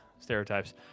Stereotypes